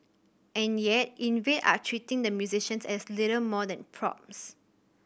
and yet Invade are treating the musicians as little more than props